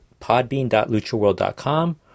podbean.luchaworld.com